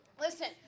Listen